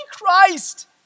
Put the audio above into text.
Christ